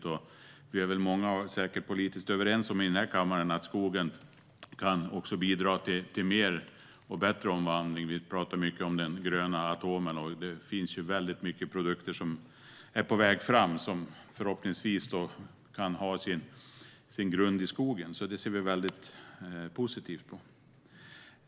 Många av oss i den här kammaren är säkert politiskt överens om att skogen också kan bidra till mer och bättre omvandling. Vi talar mycket om den gröna atomen, och det är många produkter på väg fram som förhoppningsvis kan ha sin grund i skogen. Det ser vi väldigt positivt på.